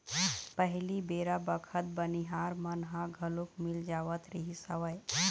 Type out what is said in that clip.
पहिली बेरा बखत बनिहार मन ह घलोक मिल जावत रिहिस हवय